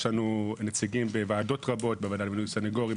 ויש לנו נציגים בוועדות רבות בוועדה למינוי סניגורים,